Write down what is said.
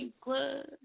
Club